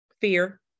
Fear